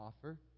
offer